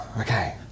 Okay